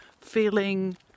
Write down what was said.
feeling